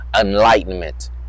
enlightenment